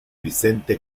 vicente